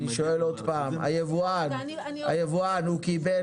אני שואל עוד פעם, היבואן, הוא קיבל